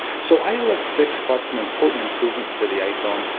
so ios six brought some important improvements to the iphone,